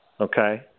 Okay